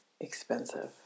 expensive